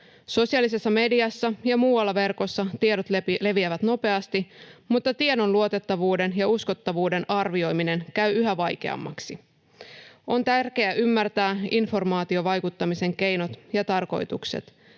Sosiaalisessa mediassa ja muualla verkossa tiedot leviävät nopeasti, mutta tiedon luotettavuuden ja uskottavuuden arvioiminen käy yhä vaikeammaksi. On tärkeää ymmärtää informaatiovaikuttamisen keinot ja tarkoitukset.